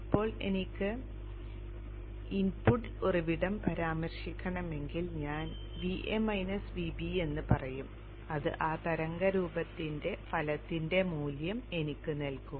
ഇപ്പോൾ എനിക്ക് ഇൻപുട്ട് ഉറവിടം പരാമർശിക്കണമെങ്കിൽ ഞാൻ Va minus Vb എന്ന് പറയും അത് ആ തരംഗരൂപത്തിന്റെ ഫലത്തിന്റെ മൂല്യം എനിക്ക് നൽകും